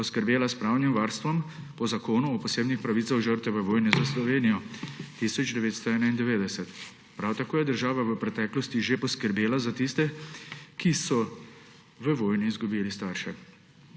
poskrbela s pravnim varstvom po Zakonu o posebnih pravicah žrtev v vojni za Slovenijo 1991. Prav tako je država v preteklosti že poskrbela za tiste, ki so v vojni izgubili starše.